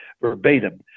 verbatim